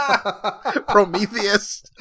Prometheus